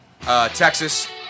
Texas